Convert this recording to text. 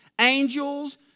Angels